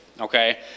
okay